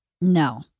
No